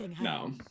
no